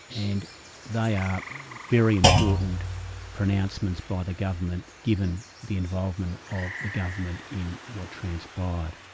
and they are very important pronouncements by the government, given the involvement of the government in what transpired.